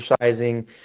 exercising